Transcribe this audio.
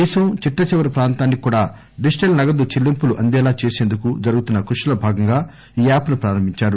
దేశం చిట్టచివరి ప్రాంతానికి కూడా డిజిటల్ నగదు చెల్లింపులు అందేలా చేసేందుకు జరుగుతున్న కృషి లో భాగంగా ఈ యాప్ ను ప్రారంభించారు